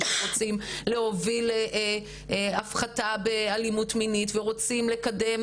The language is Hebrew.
שרוצים להוביל הפחתה באלימות מינית ורוצים לקדם